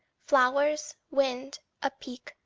flowers, wind, a peak,